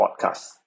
podcast